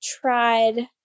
tried